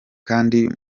kandi